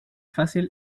fácil